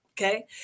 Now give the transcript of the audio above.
okay